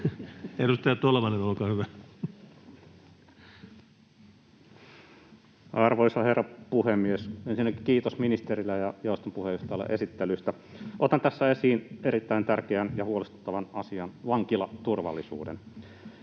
Edustaja Tolvanen, olkaa hyvä. Arvoisa herra puhemies! Ensinnäkin kiitos ministerille ja jaoston puheenjohtajalle esittelystä. Otan tässä esiin erittäin tärkeän ja huolestuttavan asian: vankilaturvallisuuden.